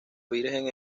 virgen